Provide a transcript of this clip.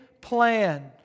Plan